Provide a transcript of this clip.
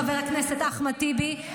חבר הכנסת אחמד טיבי,